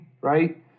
right